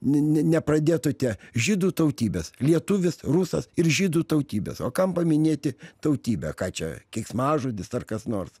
ne ne nepradėtų tie žydų tautybės lietuvis rusas ir žydų tautybės o kam paminėti tautybę ką čia keiksmažodis ar kas nors